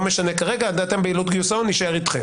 לא משנה כרגע --- עלות גיוס ההון נישאר איתכם.